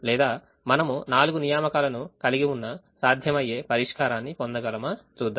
లేదా మనము నాలుగు నియామకాలును కలిగి ఉన్న సాధ్యమయ్యే పరిష్కారాన్ని పొందగలమా చూద్దాం